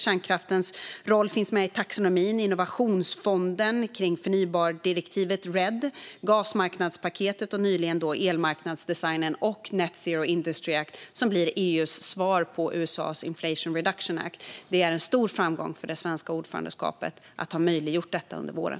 Kärnkraftens roll finns med i taxonomin, innovationsfonden kring förnybartdirektivet RED, gasmarknadspaketet och nyligen elmarknadsdesignen och Net Zero Industry Act, som blir EU:s svar på USA:s Inflation Reduction Act. Det är en stor framgång för det svenska ordförandeskapet att ha möjliggjort detta under våren.